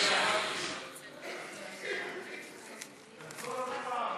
גברתי השרה,